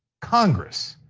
congress,